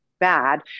bad